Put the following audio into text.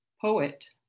poet